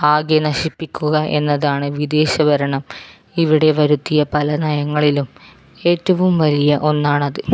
ആകെ നശിപ്പിക്കുക എന്നതാണ് വിദേശ ഭരണം ഇവിടെ വരുത്തിയ പല നയങ്ങളിലും ഏറ്റവും വലിയ ഒന്നാണത്